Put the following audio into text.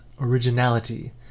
originality